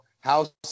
House